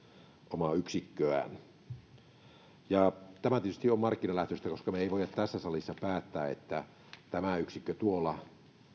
omaa yksikköään tämä tietysti on markkinalähtöistä koska me emme voi tässä salissa päättää että tämä yksikkö tuolla